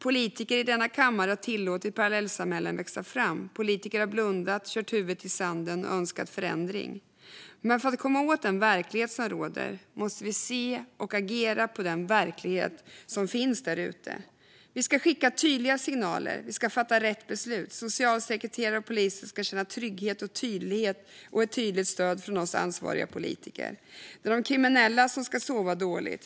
Politiker i denna kammare har tillåtit parallellsamhällen att växa fram. Politiker har blundat, kört huvudet i sanden och önskat förändring, men för att komma åt den verklighet som råder måste vi se och agera på den verklighet som finns där ute. Vi ska skicka tydliga signaler och fatta rätt beslut. Socialsekreterare och polis ska känna trygghet och tydlighet samt ett tydligt stöd från oss ansvariga politiker. Det är de kriminella som ska sova dåligt.